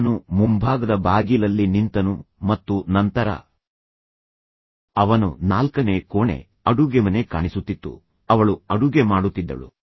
ಅವನು ಮುಂಭಾಗದ ಬಾಗಿಲಲ್ಲಿ ನಿಂತನು ಮತ್ತು ನಂತರ ಅವನು ನಾಲ್ಕನೇ ಕೋಣೆ ಅಡುಗೆಮನೆ ಕಾಣಿಸುತ್ತಿತ್ತು ಅವಳು ಅಡುಗೆ ಮಾಡುತ್ತಿದ್ದಳು